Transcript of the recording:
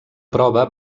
prova